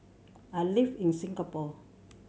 I live in Singapore